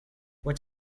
what